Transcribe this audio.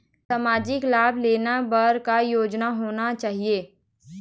सामाजिक लाभ लेहे बर का योग्यता होना चाही?